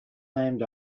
named